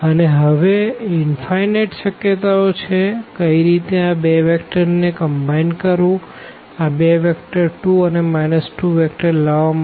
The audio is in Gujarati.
અને હવે અનંત શક્યતાઓ છે કઈ રીતે આ બે વેક્ટર ને સંયોજિત કરવું આ વેક્ટર2 અને 2 વેક્ટર લાવવા માટે